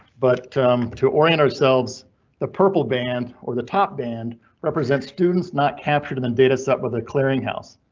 but to orient ourselves the purple band or the top band represents students not captured in the data set with the clearinghouse.